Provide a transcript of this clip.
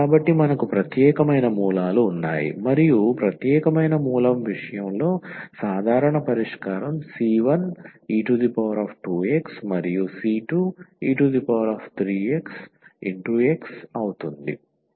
కాబట్టి మనకు ప్రత్యేకమైన మూలాలు ఉన్నాయి మరియు ప్రత్యేకమైన మూలం విషయంలో సాధారణ పరిష్కారం c1e2x మరియు c2e3xx అవుతుంది